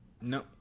no